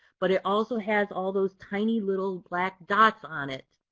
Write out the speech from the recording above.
but it also has all those tiny little black dots on it.